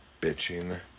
bitching